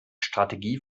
strategie